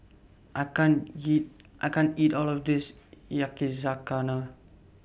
I can't eat I can't eat All of This Yakizakana